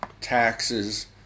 taxes